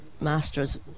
master's